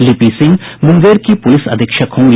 लिपि सिंह मुंगेर की प्रलिस अधीक्षक होंगी